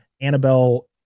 Annabelle